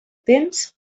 tens